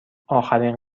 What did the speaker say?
آخرین